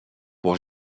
pour